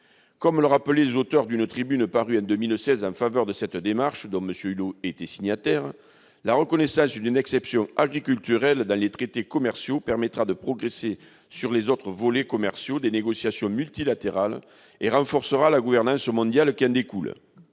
Comme le rappelaient les auteurs d'une tribune parue en 2016 en faveur de cette démarche, et dont M. Hulot était signataire, la reconnaissance d'une « exception agriculturelle » dans les traités commerciaux permettra de progresser sur les autres volets commerciaux des négociations multilatérales et renforcera la gouvernance mondiale qui en résulte.